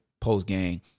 post-game